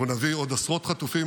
אנחנו נביא עוד עשרות חטופים,